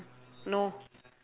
no